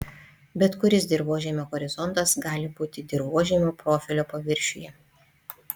bet kuris dirvožemio horizontas gali būti dirvožemio profilio paviršiuje